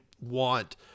want